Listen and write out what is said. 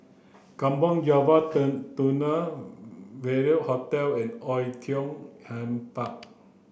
Kampong Java turn Tunnel Venue Hotel and Oei Tiong Ham Park